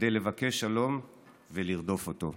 כדי לבקש שלום ולרדוף אותו.